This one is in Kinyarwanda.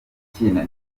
ikina